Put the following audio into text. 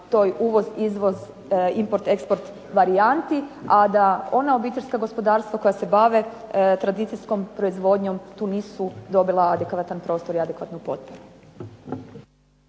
toj uvoz-izvoz, import-export varijanti, a da ona obiteljska gospodarstva koja se bave tradicijskom proizvodnjom tu nisu dobila adekvatan prostor i adekvatnu potporu.